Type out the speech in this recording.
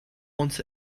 want